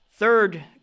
Third